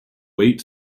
weight